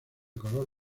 color